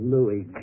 Louis